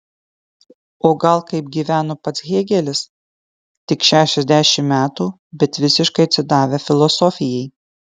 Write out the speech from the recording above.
o gal kaip gyveno pats hėgelis tik šešiasdešimt metų bet visiškai atsidavę filosofijai